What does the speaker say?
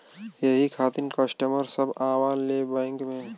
यही खातिन कस्टमर सब आवा ले बैंक मे?